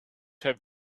have